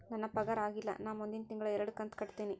ನನ್ನ ಪಗಾರ ಆಗಿಲ್ಲ ನಾ ಮುಂದಿನ ತಿಂಗಳ ಎರಡು ಕಂತ್ ಕಟ್ಟತೇನಿ